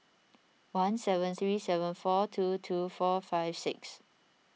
one seven three seven four two two four five six